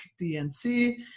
DNC